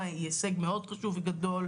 מה היחס לעומת